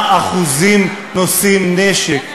בישראל המצב היום הוא שבין 2% ל-4% מאזרחי ישראל נושאים נשק.